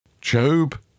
Job